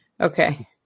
Okay